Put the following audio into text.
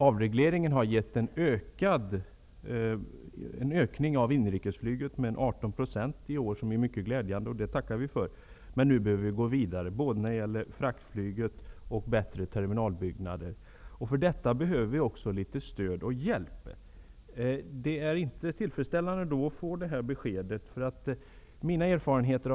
Avregleringen har medfört att inrikesflyget har ökat med 18 % i år. Det är mycket glädjande, och det tackar vi för. Nu behöver vi emellertid gå vidare både när det gäller fraktflyget och när det gäller bättre terminalbyggnader. För detta behövs också stöd och hjälp, och att då få det här beskedet är inte tillfredsställande.